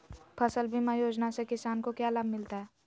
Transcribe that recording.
फसल बीमा योजना से किसान को क्या लाभ मिलता है?